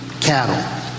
cattle